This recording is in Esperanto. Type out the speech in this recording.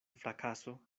frakaso